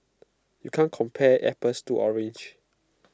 you can't compare apples to oranges